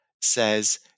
Says